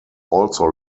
also